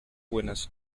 buenas